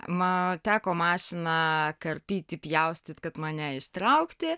teko mašiną karpyti pjaustyt kad mane ištraukti